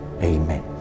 Amen